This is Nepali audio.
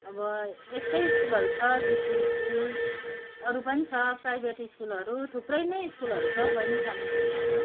अब यस्तै स्कुलहरू छ जुबली स्कुल अरू पनि छ प्राइभेट स्कुलहरू थुप्रै नै स्कुलहरू छ हौ बहिनी कालिम्पोङमा त